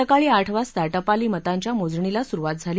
सकाळी आठ वाजता टपाली मतांच्या मोजणीला सुरुवात झाली